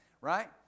right